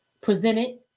presented